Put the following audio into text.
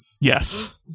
Yes